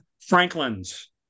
Franklins